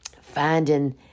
finding